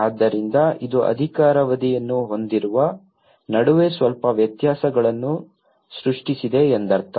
ಆದ್ದರಿಂದ ಇದು ಅಧಿಕಾರಾವಧಿಯನ್ನು ಹೊಂದಿರುವ ನಡುವೆ ಸ್ವಲ್ಪ ವ್ಯತ್ಯಾಸಗಳನ್ನು ಸೃಷ್ಟಿಸಿದೆ ಎಂದರ್ಥ